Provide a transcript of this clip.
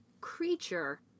creature